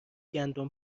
گندم